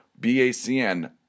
BACN